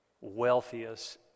wealthiest